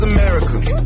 America